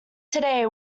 today